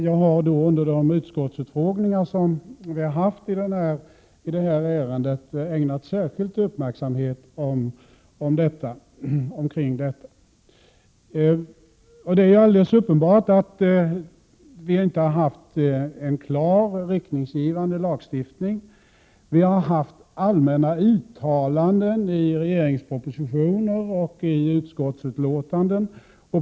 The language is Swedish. Jag har vid de utfrågningar som vi haft i detta ärende ägnat särskild uppmärksamhet åt detta. Det är alldeles uppenbart att vi inte har haft en klart riktningsgivande lagstiftning. Vi har allmänna uttalanden i regeringens propositioner och i utskottsutlåtanden.